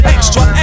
Extra